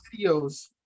videos